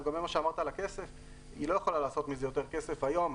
לגבי מה שאמרת על הכסף היא לא יכולה לעשות מזה יותר כסף היום.